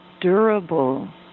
durable